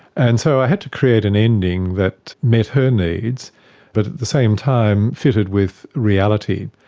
and so i had to create an ending that met her needs but at the same time fitted with reality.